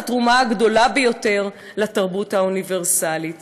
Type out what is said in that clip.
התרומה הגדולה ביותר לתרבות האוניברסלית".